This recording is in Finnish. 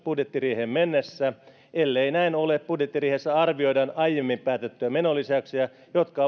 budjettiriiheen mennessä ellei näin ole budjettiriihessä arvioidaan aiemmin päätettyjä menolisäyksiä jotka